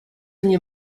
они